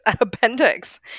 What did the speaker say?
appendix